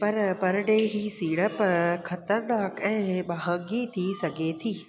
पर परॾेही सीड़प ख़तर्नाक ऐं महांगी थी सघे थी